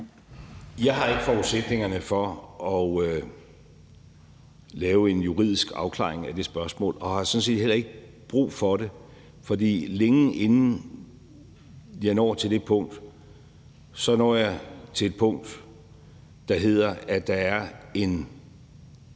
Jeg har ikke forudsætningerne for at lave en juridisk afklaring af det spørgsmål og har sådan set heller ikke brug for det. For længe inden jeg når til det punkt, så når jeg til et punkt, der hedder, at der er en